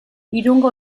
irungo